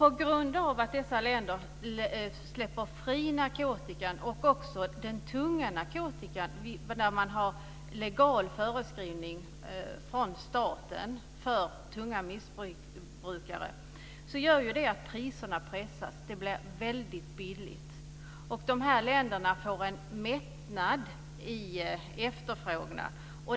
På grund av att dessa länder släpper narkotikan fri pressas priserna. Det blir väldigt billigt. Det gäller också den tunga narkotikan där man har legal förskrivning från staten för tunga missbrukare. De här länderna får en mättnad i efterfrågan.